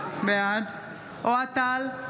בעד אוהד טל,